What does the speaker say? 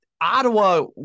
Ottawa